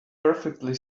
perfectly